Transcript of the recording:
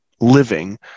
living